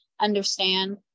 understand